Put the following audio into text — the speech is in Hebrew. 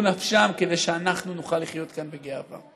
נפשם כדי שאנחנו נוכל לחיות כאן בגאווה.